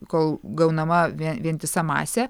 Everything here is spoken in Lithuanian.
kol gaunama vie vientisa masė